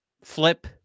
flip